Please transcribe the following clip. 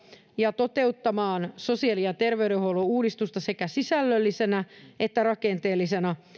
ja toteuttamaan sosiaali ja terveydenhuollon uudistusta sekä sisällöllisenä että rakenteellisena